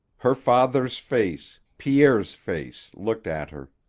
her father's face, pierre's face, looked at her.